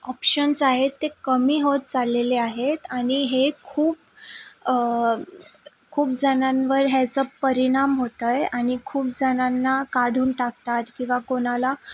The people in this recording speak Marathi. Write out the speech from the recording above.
ऑपशन्स आहेत ते कमी होत चाललेले आहेत आणि हे खूप खूप जणांवर ह्याचा परिणाम होतो आहे आणि खूप जणांना काढून टाकतात किंवा कोणाला